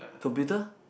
computer